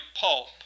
pulp